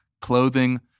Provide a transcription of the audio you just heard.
clothing